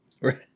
right